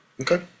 okay